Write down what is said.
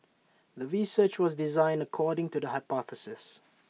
the research was designed according to the hypothesis